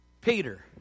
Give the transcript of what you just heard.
Peter